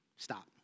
Stop